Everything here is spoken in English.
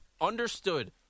Understood